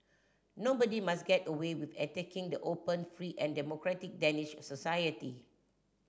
nobody must get away with attacking the open free and democratic Danish society